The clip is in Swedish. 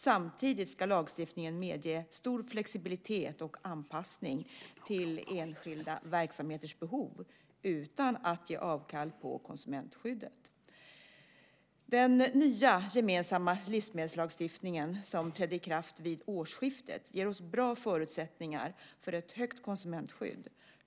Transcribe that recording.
Samtidigt ska lagstiftningen medge stor flexibilitet och anpassning till enskilda verksamheters behov, utan att ge avkall på konsumentskyddet. Den nya gemensamma livsmedelslagstiftning som trädde i kraft vid årsskiftet ger oss bra förutsättningar för ett högt konsumentskydd.